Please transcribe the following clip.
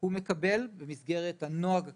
הוא מקבל, במסגרת הנוהג הקיים,